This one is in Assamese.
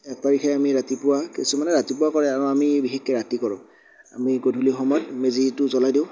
এক তাৰিখে আমি ৰাতিপুৱা কিছুমানে ৰাতিপুৱা কৰে আৰু আমি বিশেষকৈ ৰাতি কৰোঁ আমি গধূলি সময়ত মেজিতো জ্বলাই দিওঁ